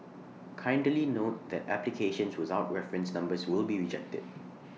kindly note that applications without reference numbers will be rejected